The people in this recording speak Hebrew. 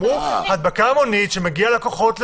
אמרו: הדבקה המונית, שמגיעים לקוחות.